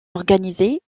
organisé